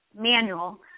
manual